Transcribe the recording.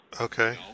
Okay